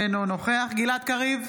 אינו נוכח גלעד קריב,